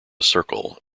circle